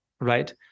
right